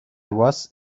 was